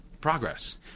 progress